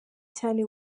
cyane